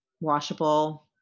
washable